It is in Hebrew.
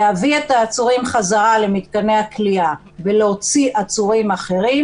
להביא את העצורים חזרה למתקני הכליאה ולהוציא עצורים אחרים,